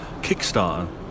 Kickstarter